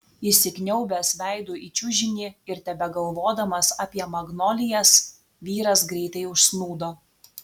įsikniaubęs veidu į čiužinį ir tebegalvodamas apie magnolijas vyras greitai užsnūdo